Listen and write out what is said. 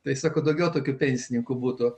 tai sakau daugiau tokių pensininkų būtų